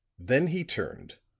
then he turned,